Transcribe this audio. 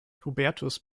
hubertus